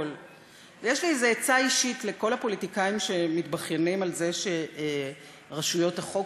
יש לי עצה אישית לכל הפוליטיקאים שמתבכיינים על זה שרשויות החוק